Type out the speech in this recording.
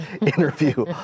interview